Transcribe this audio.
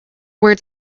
words